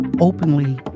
Openly